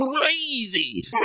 crazy